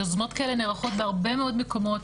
יוזמות כאלה נערכות בהרבה מאוד מקומות.